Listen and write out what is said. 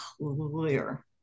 clear